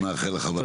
אני מאחל לך בהצלחה.